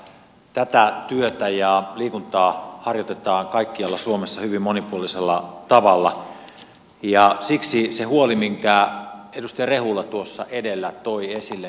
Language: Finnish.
tätä työtä ja liikuntaa harjoitetaan kaikkialla suomessa hyvin monipuolisella tavalla ja siksi on se huoli minkä edustaja rehula tuossa edellä toi esille